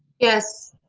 yes.